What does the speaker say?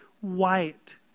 white